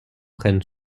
prenne